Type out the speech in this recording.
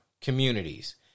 communities